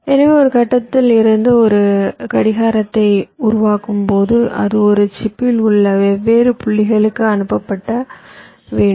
எனவே ஒரு கட்டத்தில் இருந்து ஒரு கடிகாரத்தை உருவாக்கும்போது அது ஒரு சிப்பில் உள்ள வெவ்வேறு புள்ளிகளுக்கு அனுப்பப்பட வேண்டும்